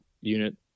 unit